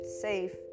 safe